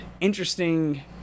interesting